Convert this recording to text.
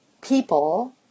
people